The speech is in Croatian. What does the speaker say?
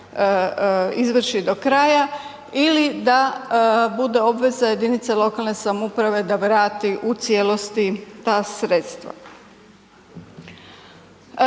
izvrši do kraja ili da bude obveza jedinice lokalne samouprave da vrati u cijelosti ta sredstva.